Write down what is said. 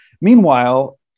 Meanwhile